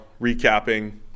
recapping